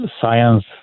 science